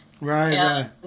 Right